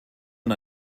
und